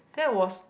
that was